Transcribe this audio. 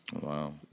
Wow